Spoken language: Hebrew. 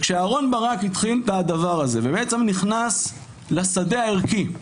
וכשאהרון ברק התחיל את הדבר הזה ובעצם נכנס לשדה הערכי,